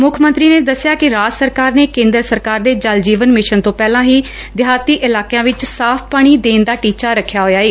ਮੁੱਖ ਮੰਤਰੀ ਨੇ ਦਸਿਆ ਕਿ ਰਾਜ ਸਰਕਾਰ ਨੇ ਕੇਦਰ ਸਰਕਾਰ ਦੇ ਜਲ ਜੀਵਨ ਮਿਸ਼ਨ ਤੋ ਪਹਿਲਾਂ ਹੀ ਦਿਹਾਤੀ ਇਲਾਕਿਆਂ ਵਿਚ ਸਾਫ਼ ਪਾਣੀ ਦੇਣ ਦਾ ਟੀਚਾ ਰੱਖਿਆ ਹੋਇਆ ਐ